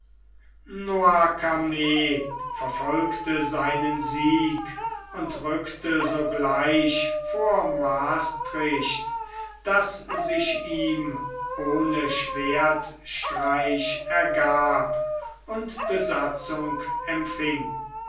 noircarmes verfolgte seinen sieg und rückte sogleich vor mastricht das sich ihm ohne schwertstreich ergab und besatzung empfing